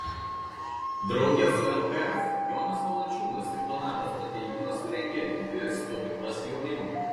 drauge su lkf jonas valančiūnas ir donatas motiejūnas surengė dvi stovyklas jaunimui